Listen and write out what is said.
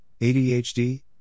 ADHD